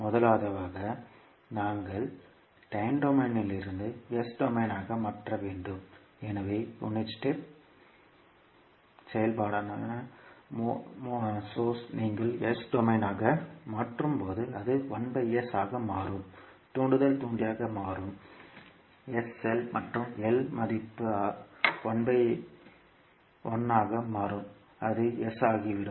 முதலாவதாக நாங்கள் டைம் டொமைனிலிருந்து சர்க்யூட்களை S டொமைனாக மாற்ற வேண்டும் எனவே யூனிட் ஸ்டெப் செயல்பாடான மூலமானது நீங்கள் S டொமைனாக மாற்றும் போது அது ஆக மாறும் தூண்டல் தூண்டியாக மாறும் மற்றும் L மதிப்பு 1 ஆக இருப்பதால் அது S ஆகிவிடும்